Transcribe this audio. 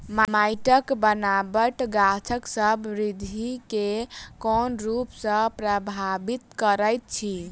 माइटक बनाबट गाछसबक बिरधि केँ कोन रूप सँ परभाबित करइत अछि?